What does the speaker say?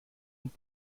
und